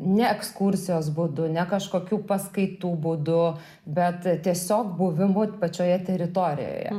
ne ekskursijos būdu ne kažkokių paskaitų būdu bet tiesiog buvimu pačioje teritorijoje